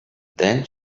then